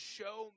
Show